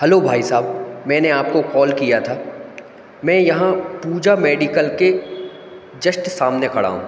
hello भाई साहब मैंने आपको कॉल किया था मैं यहाँ पूजा मेडिकल के जश्ट सामने खड़ा हूँ